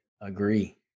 Agree